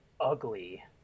ugly